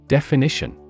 Definition